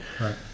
Right